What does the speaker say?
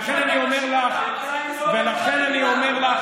לכן אני אומר לך,